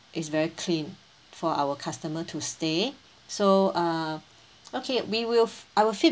is very clean for our customer to stay so err okay we will I will feed~